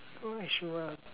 oh sure